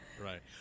right